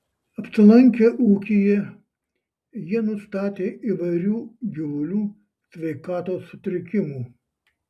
apsilankę ūkyje jie nustatė įvairių gyvulių sveikatos sutrikimų